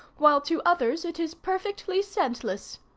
while to others it is perfectly scentless.